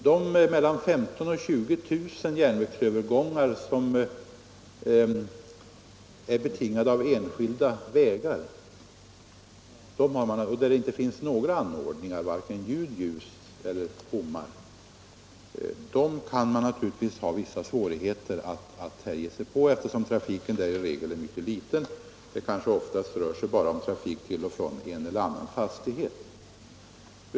De mellan 15 000 och 20 000 järnvägsövergångar som finns vid enskilda vägar och där det inte förekommer några anordningar — vare sig ljudoch ljussignaler eller bommar — kan man naturligtvis ha vissa svårigheter att ge sig på, eftersom trafiken där i regel är mycket liten. Det rör sig kanske oftast om trafik från en eller annan fastighet.